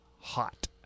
hot